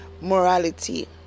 morality